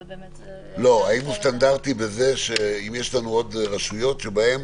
אבל באמת --- האם הוא סטנדרטי בזה שאם יש לנו עוד רשויות שבהן